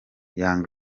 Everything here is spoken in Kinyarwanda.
young